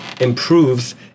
improves